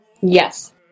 Yes